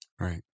Right